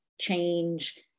change